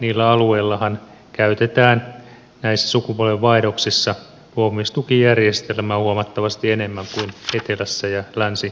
niillä alueillahan käytetään näissä sukupolvenvaihdoksissa luopumistukijärjestelmää huomattavasti enemmän kuin etelässä ja länsi suomessa